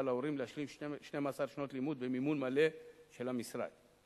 להורים להשלים 12 שנות לימוד במימון מלא של המשרד.